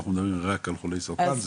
או אנחנו מדברים רק על חולי סרטן?